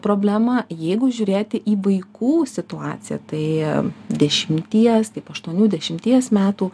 problemą jeigu žiūrėti į vaikų situaciją tai dešimties taip aštuonių dešimties metų